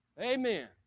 Amen